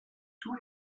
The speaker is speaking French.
tous